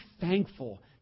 thankful